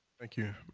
thank you,